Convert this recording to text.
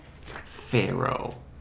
Pharaoh